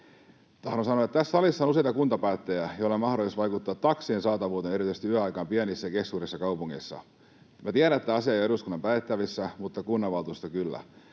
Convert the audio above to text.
Tahdon sanoa, että tässä salissa on useita kuntapäättäjiä, joilla on mahdollisuus vaikuttaa taksien saatavuuteen erityisesti yöaikaan pienissä ja keskisuurissa kaupungeissa. Minä tiedän, että tämä asia ei ole eduskunnan päätettävissä, mutta kunnanvaltuuston kyllä.